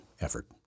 effort